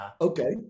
okay